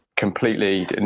completely